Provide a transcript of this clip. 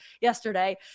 yesterday